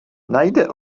najde